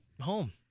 home